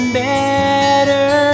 better